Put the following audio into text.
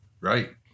right